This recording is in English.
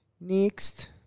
Next